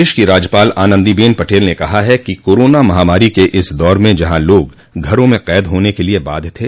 प्रदेश की राज्यपाल आनंदीबेन पटेल ने कहा है कि कोरोना महामारी के इस दौर में जहां लोग घरों में कैद होने के लिए बाध्य थे